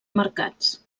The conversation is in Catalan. marcats